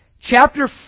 Chapter